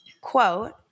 quote